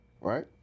right